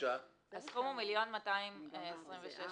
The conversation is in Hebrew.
הסכום הוא 1.226 מיליון.